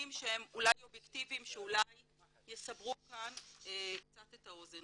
שהם אולי אובייקטיביים שאולי יסברו כאן קצת את האוזן.